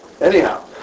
Anyhow